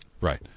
Right